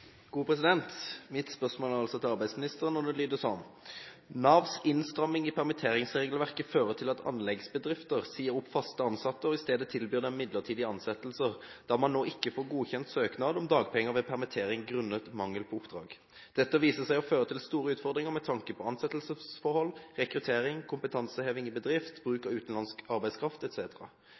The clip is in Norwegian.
lyder slik: «Navs innstramming i permitteringsregelverket fører til at anleggsbedrifter sier opp fast ansatte og i stedet tilbyr dem midlertidige ansettelser, da man nå ikke får godkjent søknad om dagpenger ved permittering grunnet mangel på oppdrag. Dette viser seg å føre til store utfordringer med tanke på ansettelsesforhold, rekruttering, kompetanseheving i bedrift, bruk av utenlandsk arbeidskraft